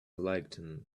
lighting